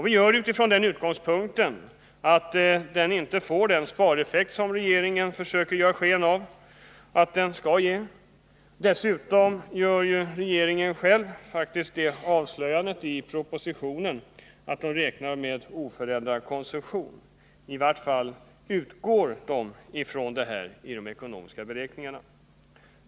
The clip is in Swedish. Vi gör det från den utgångspunkten att de inte får den spareffekt som regeringen försöker ge sken av att de skulle ha. Dessutom avslöjar regeringen faktiskt själv i propositionen att den räknar med en oförändrad konsumtion. I varje fall utgår regeringen från detta i de ekonomiska beräkningarna.